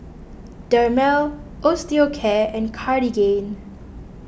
Dermale Osteocare and Cartigain